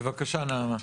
בבקשה נעמה.